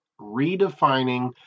redefining